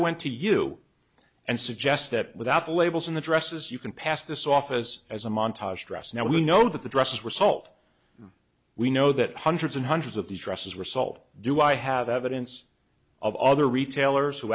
went to you and suggest that without the labels and addresses you can pass this office as a montage dress now we know that the dresses result we know that hundreds and hundreds of these dresses result do i have evidence of other retailers who